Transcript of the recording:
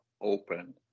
open